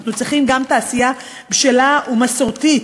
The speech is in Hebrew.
אנחנו צריכים גם תעשייה בשלה ומסורתית.